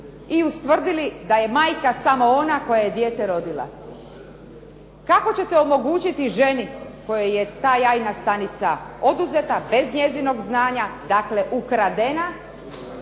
i ustvrdili da je majka samo ona koja je dijete rodila? Kako ćete omogućiti ženi kojoj je oduzeta jajna stanica bez njezinog znanja, dakle ukradena